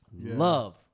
Love